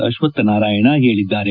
ಅಶ್ವತ್ತನಾರಾಯಣ್ ಹೇಳಿದ್ದಾರೆ